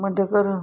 म्हणटकच